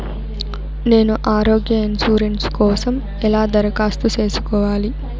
నేను ఆరోగ్య ఇన్సూరెన్సు కోసం ఎలా దరఖాస్తు సేసుకోవాలి